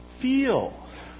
feel